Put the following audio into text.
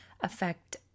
affect